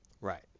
Right